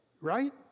right